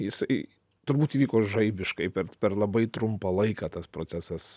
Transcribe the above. jisai turbūt įvyko žaibiškai per per labai trumpą laiką tas procesas